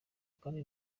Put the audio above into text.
kandi